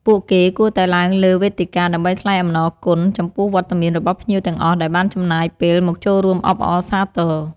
ពួកគេគួរតែឡើងលើវេទិកាដើម្បីថ្លែងអំណរគុណចំពោះវត្តមានរបស់ភ្ញៀវទាំងអស់ដែលបានចំណាយពេលមកចូលរួមអបអរសាទរ។